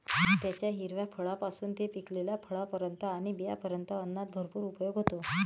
त्याच्या हिरव्या फळांपासून ते पिकलेल्या फळांपर्यंत आणि बियांपर्यंत अन्नात भरपूर उपयोग होतो